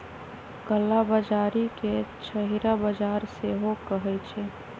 कला बजारी के छहिरा बजार सेहो कहइ छइ